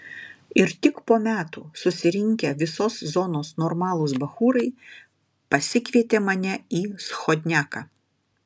ir tik po metų susirinkę visos zonos normalūs bachūrai pasikvietė mane į schodniaką